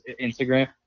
Instagram